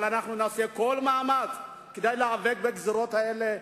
אבל אנחנו נעשה כל מאמץ כדי להיאבק בגזירות האלה,